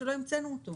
שלא המצאנו אותו?